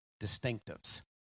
distinctives